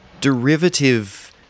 derivative